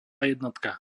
jednotka